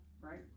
right